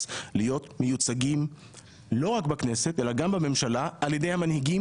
להיות מיוצגים לא רק בכנסת אלא גם בממשלה על ידי המנהיגים